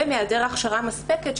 והיעדר הכשרה מספקת,